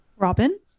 Robin